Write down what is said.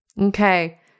Okay